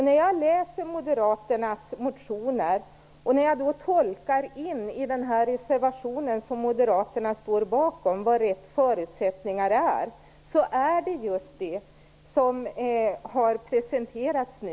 När jag läser moderaternas motioner och sedan tolkar vad "rätt förutsättningar" i reservationen som moderaterna står bakom innebär, är det just detta som har presenterats nu.